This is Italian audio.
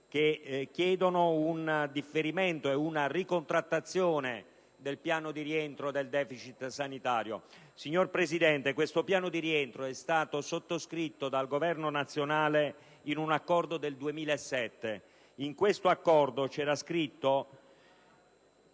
chiedono un differimento ed una ricontrattazione del piano di rientro del deficit sanitario. Signor Presidente, questo piano di rientro è stato sottoscritto dal Governo nazionale in un accordo del 2007, ed era riferito,